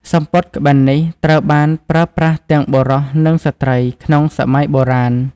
សំពត់ក្បិននេះត្រូវបានប្រើប្រាស់ទាំងបុរសនិងស្ត្រីក្នុងសម័យបុរាណ។